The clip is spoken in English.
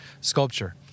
sculpture